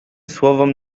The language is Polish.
słowom